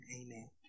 amen